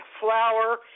flour